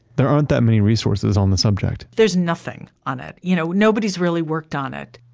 there aren't that many resources on the subject. there's nothing on it. you know, nobody's really worked on it.